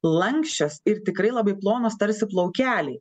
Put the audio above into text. lanksčios ir tikrai labai plonos tarsi plaukeliai